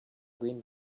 green